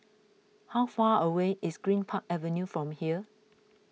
how far away is Greenpark Avenue from here